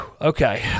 Okay